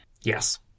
Yes